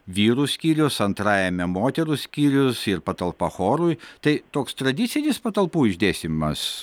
vyrų skyrius antrajame moterų skyrius ir patalpa chorui tai toks tradicinis patalpų išdėstymas